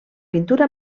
pintura